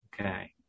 Okay